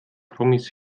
promis